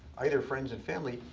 either friends and family,